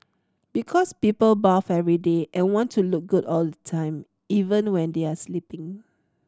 because people bath every day and want to look good all the time even when they are sleeping